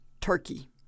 Turkey